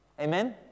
Amen